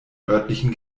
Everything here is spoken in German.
örtlichen